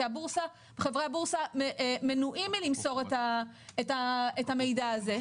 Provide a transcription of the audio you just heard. כי חברי הבורסה מנועים מלמסור את המידע הזה,